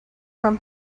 from